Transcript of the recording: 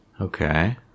Okay